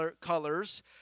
colors